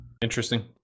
Interesting